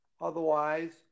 Otherwise